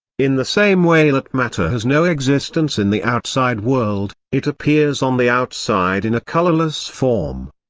in the same way that matter has no existence in the outside world, it appears on the outside in a colorless form,